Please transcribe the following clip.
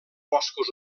boscos